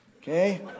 Okay